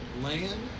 land